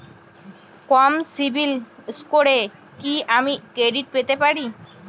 কম CIBIL স্কোরে কি আমি ক্রেডিট পেতে পারি?